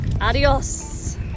Adios